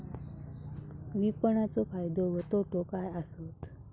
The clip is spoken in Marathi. विपणाचो फायदो व तोटो काय आसत?